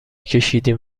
کشیدیم